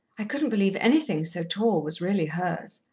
i couldn't believe anything so tall was really hers.